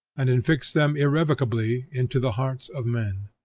and infix them irrecoverably into the hearts of men.